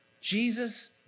Jesus